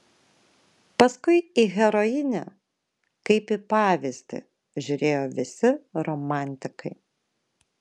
paskui į herojinę kaip į pavyzdį žiūrėjo visi romantikai